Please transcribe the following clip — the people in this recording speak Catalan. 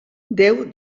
déu